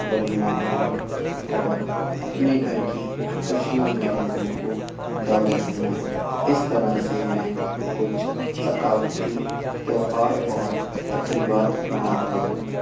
ولیمہ منانا اور اپنے گھر کی خوشیوں میں لوگوں کو دعوت دینا اس طرح سے میں کچھ ثقافتی تہوار اور تقریبات مناتا ہوں